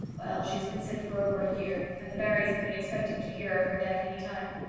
well, she has been sick for over a year, and the barrys have been expecting to hear of her death any time.